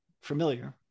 familiar